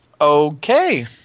Okay